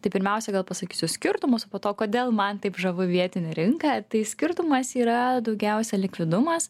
tai pirmiausia gal pasakysiu skirtumus o po to kodėl man taip žavu vietinė rinka tai skirtumas yra daugiausia likvidumas